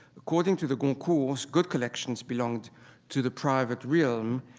according to the goncourts, good collections belonged to the private realm,